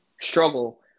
struggle